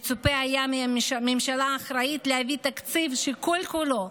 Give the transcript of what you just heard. מצופה היה מממשלה אחראית להביא תקציב שכל-כולו,